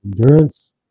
endurance